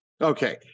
Okay